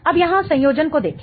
अब यहां संयोजन को देखें